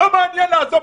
לא מעניין לעזור.